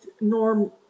Norm